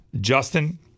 Justin